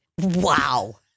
Wow